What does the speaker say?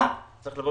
שהוא נתן הוראה